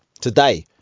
Today